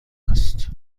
است